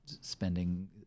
spending